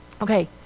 Okay